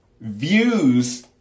views